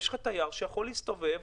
יש לך תייר שיכול להסתובב.